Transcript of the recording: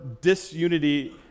disunity